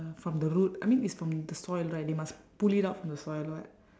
from the root I mean it's from the soil right they must pull it out from the soil [what]